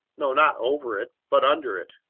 no, not over it, but under it.